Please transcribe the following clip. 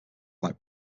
like